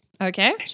Okay